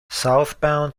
southbound